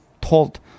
told